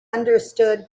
understood